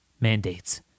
mandates